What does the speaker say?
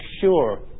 sure